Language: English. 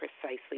precisely